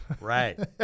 right